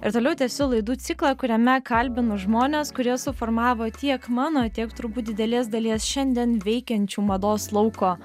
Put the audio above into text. ir toliau tęsiu laidų ciklą kuriame kalbinu žmones kurie suformavo tiek mano tiek turbūt didelės dalies šiandien veikiančių mados lauko